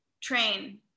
Train